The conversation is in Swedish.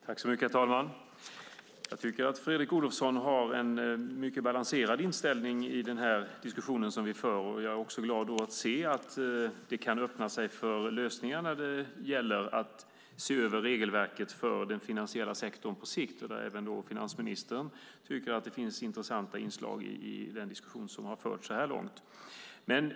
Herr talman! Jag tycker att Fredrik Olovsson har en mycket balanserad inställning i den diskussion som vi för. Jag är också glad att se att det kan öppna för lösningar när det gäller att se över regelverket för den finansiella sektorn på sikt. Även finansministern tycker att det finns intressanta inslag i den diskussion som har förts så här långt.